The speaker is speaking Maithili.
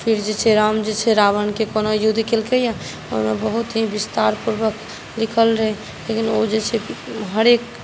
फेर जे छै राम जे छै रावणकेँ कोना युद्ध केलकैए ओहिमे बहुत ही विस्तार पूर्वक लिखल रहै लेकिन ओ जे छै हरेक